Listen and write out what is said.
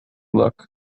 look